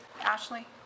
Ashley